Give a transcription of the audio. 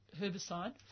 herbicide